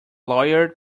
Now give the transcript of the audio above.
lawyer